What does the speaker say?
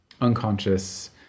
unconscious